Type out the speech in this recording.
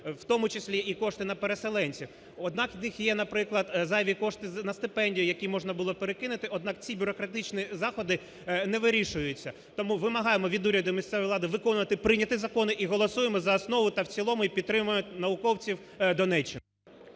в тому числі і кошти на переселенців. Однак в них є, наприклад, зайві кошти на стипендію, які можна було перекинути, однак ці бюрократичні заходи не вирішуються. Тому вимагаємо від уряду, місцевої влади, виконувати прийняті законі. І голосуємо за основу та в цілому і підтримуємо науковців Донеччини.